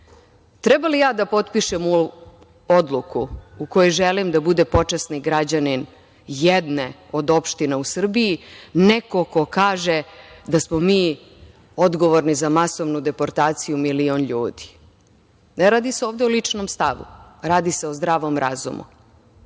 li da potpišem odluku u kojoj želim da bude počasni građanin jedne od opština u Srbiji neko ko kaže da smo mi odgovorni za masovnu deportaciju milion ljudi? Ne radi se ovde o ličnom stavu, radi se o zdravom razumu.